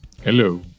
hello